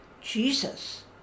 Jesus